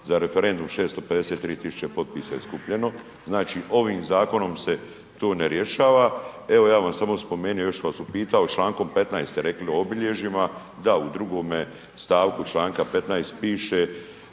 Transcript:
za referendum, 653 tisuće potpisa je skupljeno, znači, ovim Zakonom se to ne rješava. Evo ja bi vam samo spomenuo, još bi vas upitao, člankom 15., ste rekli o obilježjima, da, u 2.-me stavku članka 15. piše